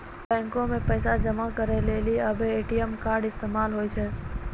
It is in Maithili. बैको मे पैसा जमा करै लेली आबे ए.टी.एम कार्ड इस्तेमाल होय छै